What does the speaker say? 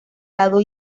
lado